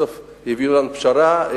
בסוף הביאו לנו פשרה,